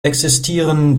existieren